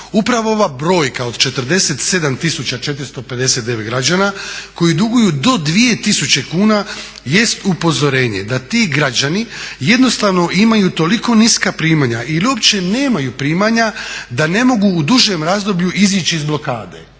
Upravo ova brojka od 47 459 građana koji duguju do 2 tisuće kuna jest upozorenje da ti građani jednostavno imaju toliko niska primanja ili uopće nemaju primanja da ne mogu u dužem razdoblju izići iz blokade